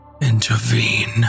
intervene